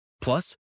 Plus